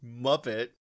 Muppet